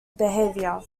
behavior